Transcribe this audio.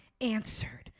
answered